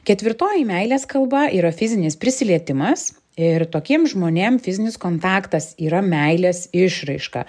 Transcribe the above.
ketvirtoji meilės kalba yra fizinis prisilietimas ir tokiem žmonėm fizinis kontaktas yra meilės išraiška